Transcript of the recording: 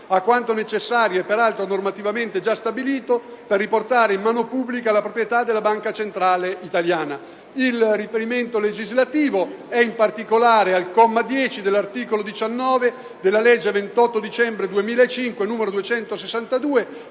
a quanto necessario e peraltro normativamente già stabilito, per riportare in mano pubblica la proprietà della Banca centrale italiana». Il riferimento legislativo è in particolare al comma 10 dell'articolo 19 della legge 21 dicembre 2005, n. 262,